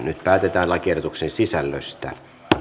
nyt päätetään lakiehdotuksen sisällöstä